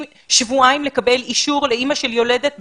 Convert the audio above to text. שבועיים לקבל אישור לאימא של יולדת בשמירה,